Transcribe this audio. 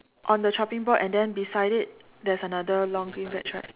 on the chopping board and then beside it there is another long green veg right